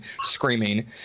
screaming